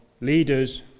leaders